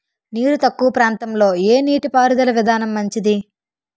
నీరు తక్కువ ప్రాంతంలో ఏ నీటిపారుదల విధానం మంచిది?